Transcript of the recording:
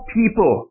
people